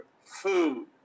food